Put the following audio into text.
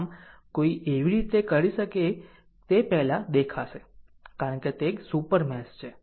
આમ કોઈ કેવી રીતે કરી શકે તે પહેલાં દેખાશે કારણ કે તે એક સુપર મેશ છે